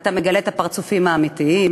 אתה מגלה את הפרצופים האמיתיים.